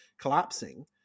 collapsing